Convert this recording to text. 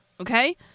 Okay